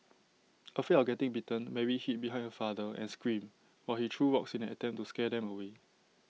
afraid of getting bitten Mary hid behind her father and screamed while he threw rocks in an attempt to scare them away